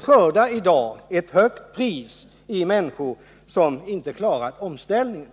skördar i dag offer i människor som inte klarat omställningen.